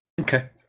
Okay